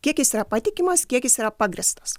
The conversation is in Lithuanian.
kiek jis yra patikimas kiek jis yra pagrįstas